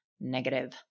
Negative